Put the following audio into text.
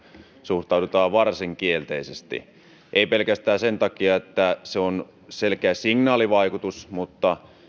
suhtaudutaan varsin kielteisesti ei pelkästään sen takia että se on selkeä signaalivaikutus vaan